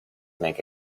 make